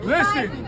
Listen